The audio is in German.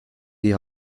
die